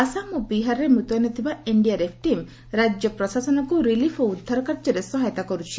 ଆସାମ ଓ ବିହାରରେ ମ୍ରତ୍ୟନ ଥିବା ଏନ୍ଡିଆର୍ଏଫ୍ ଟିମ୍ ରାଜ୍ୟ ପ୍ରଶାସନକୁ ରିଲିଫ୍ ଓ ଉଦ୍ଧାର କାର୍ଯ୍ୟରେ ସହାୟତା କରୁଛି